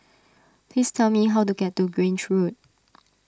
please tell me how to get to Grange Road